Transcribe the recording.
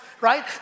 right